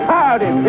Howdy